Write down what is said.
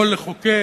יכול לחוקק,